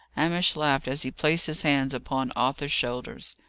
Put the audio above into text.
hamish laughed as he placed his hands upon arthur's shoulders.